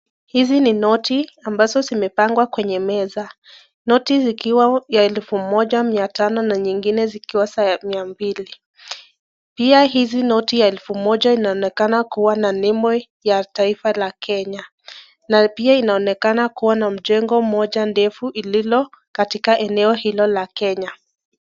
Hizi ni noti ambazo zimepangwa kwenye meza. Noti zikiwa ya elfu moja, mia tano na nyingine zikiwa za mia mbili. Pia hizi noti ya elfu moja inaonekana kuwa na nembo ya taifa la Kenya. Na pia inaonekana kuwa na mjengo moja ndefu lililo katika eneo hilo la Kenya.